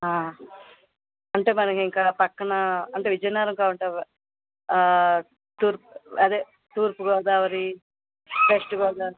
అంటే మనకింకా పక్కన అంటే విజయనగరం కాకుండా తూర్పు అదే తూర్పు గోదావరి వెస్ట్ గోదావరి